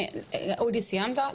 אודי סיימת?